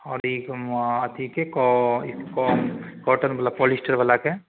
आओर ई अथीके कि क कम कॉटनवला पॉलिस्टरवलाके